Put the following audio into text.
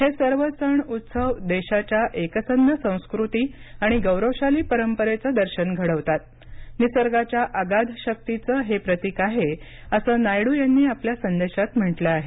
हे सर्व सण उत्सव देशाच्या एकसंध संस्कृती आणि गौरवशाली परंपरेचं दर्शन घडवतात निसर्गाच्या अगाध शक्तीचं हे प्रतिक आहे असं नायडू यांनी आपल्या संदेशात म्हटलं आहे